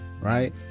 right